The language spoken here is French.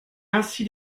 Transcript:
ainsi